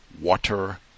water